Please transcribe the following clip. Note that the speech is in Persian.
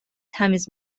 تمیز